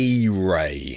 E-Ray